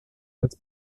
als